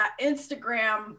Instagram